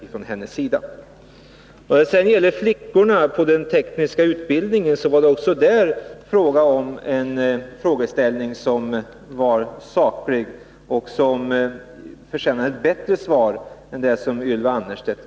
Beträffande flickornas deltagande i den tekniska utbildningen så ställde jag också en saklig fråga, som förtjänade ett bättre svar än det jag fick av Ylva Annerstedt.